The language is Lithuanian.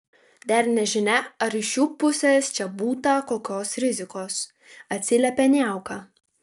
dar nežinia ar iš jų pusės čia būta kokios rizikos atsiliepė niauka